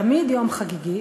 תמיד יום חגיגי.